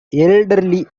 elderly